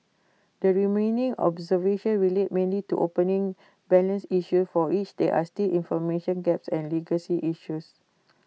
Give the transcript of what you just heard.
the remaining observations relate mainly to opening balance issues for which there are still information gaps and legacy issues